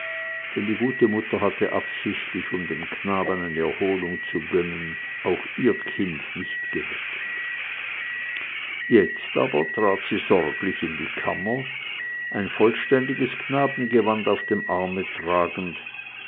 denn die gute mutter hatte absichtlich um dem knaben seine erholung zu gönnen auch ihr kind nicht geweckt jetzt aber trat sie sorglich in die kammer ein vollständiges knabengewand auf dem arme tragend